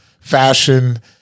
fashion